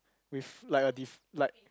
with like a def~ like